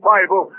Bible